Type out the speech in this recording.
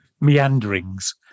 meanderings